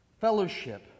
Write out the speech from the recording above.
fellowship